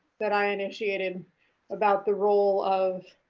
that i initiated about the role of